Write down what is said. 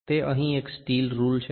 તે અહીં એક સ્ટીલ રુલ છે